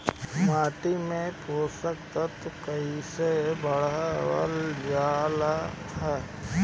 माटी में पोषक तत्व कईसे बढ़ावल जाला ह?